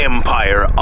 Empire